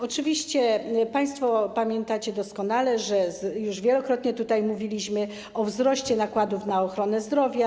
Oczywiście państwo pamiętacie doskonale, już wielokrotnie tutaj o tym mówiliśmy, o wzroście nakładów na ochronę zdrowia.